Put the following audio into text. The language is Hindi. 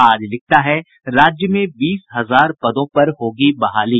आज लिखता है राज्य में बीस हजार पदों पर होगी बहाली